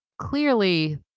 Clearly